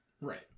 Right